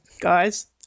guys